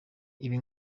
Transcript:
ibi